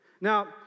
Now